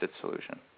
solution